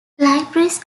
libraries